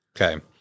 Okay